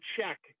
check